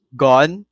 gone